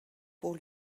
pour